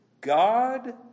God